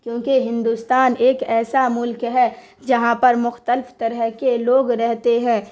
کیوں کہ ہندوستان ایک ایسا ملک ہے جہاں پر مختلف طرح کے لوگ رہتے ہیں